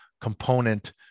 component